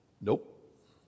Nope